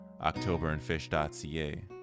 octoberandfish.ca